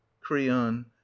creon